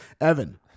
Evan